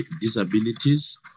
disabilities